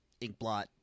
inkblot